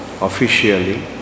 officially